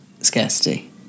scarcity